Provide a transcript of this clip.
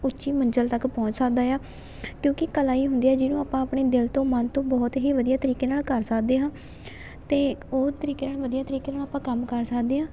ਉੱਚੀ ਮੰਜ਼ਿਲ ਤੱਕ ਪਹੁੰਚ ਸਕਦਾ ਹੈ ਆ ਕਿਉਂਕਿ ਕਲਾ ਹੀ ਹੁੰਦੀ ਆ ਜਿਹਨੂੰ ਆਪਾਂ ਆਪਣੇ ਦਿਲ ਤੋਂ ਮਨ ਤੋਂ ਬਹੁਤ ਹੀ ਵਧੀਆ ਤਰੀਕੇ ਨਾਲ ਕਰ ਸਕਦੇ ਹਾਂ ਅਤੇ ਉਹ ਤਰੀਕੇ ਨਾਲ ਵਧੀਆ ਤਰੀਕੇ ਨਾਲ ਆਪਾਂ ਕੰਮ ਕਰ ਸਕਦੇ ਹਾਂ